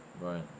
Right